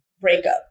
breakup